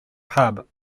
pub